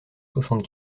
soixante